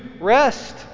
rest